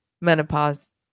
menopause